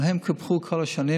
אבל הם קופחו כל השנים,